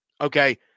Okay